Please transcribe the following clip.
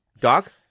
Doc